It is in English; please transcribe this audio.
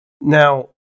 Now